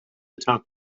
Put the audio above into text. talk